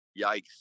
yikes